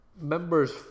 members